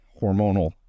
hormonal